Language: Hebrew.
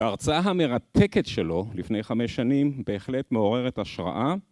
ההרצאה המרתקת שלו לפני חמש שנים בהחלט מעוררת השראה.